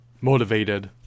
motivated